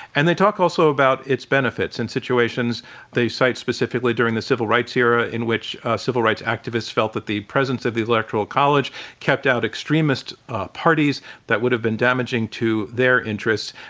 and they talk also about its benefits in situations they cite specifically during the civil rights era in which civil rights activists felt that the presence of the electoral college kept out extremist parties that would have been damaging to their interests.